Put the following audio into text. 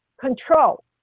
control